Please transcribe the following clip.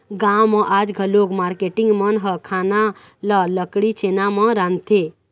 गाँव म आज घलोक मारकेटिंग मन ह खाना ल लकड़ी, छेना म रांधथे